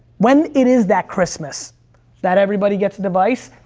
when it is that christmas that everybody gets a device,